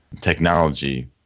technology